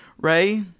Ray